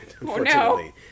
unfortunately